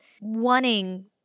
wanting